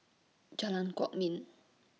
Jalan Kwok Min